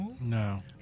No